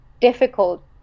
difficult